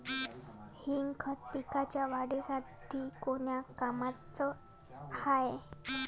Zinc खत पिकाच्या वाढीसाठी कोन्या कामाचं हाये?